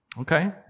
okay